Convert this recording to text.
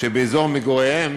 שבאזור מגוריהם